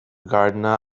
gardener